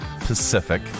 Pacific